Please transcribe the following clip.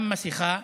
גם מסכה.